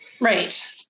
Right